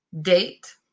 date